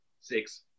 six